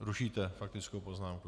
Rušíte faktickou poznámku?